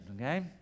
okay